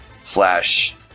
slash